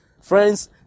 Friends